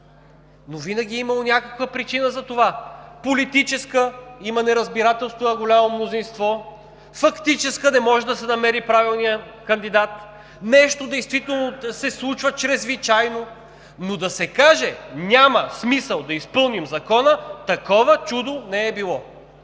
Но винаги е имало някаква причина за това: политическа – има неразбирателство на голямо мнозинство; фактическа – не може да се намери правилният кандидат; нещо действително се случва чрезвичайно. Да се каже обаче, че няма смисъл да изпълним закона, такова чудо не е било.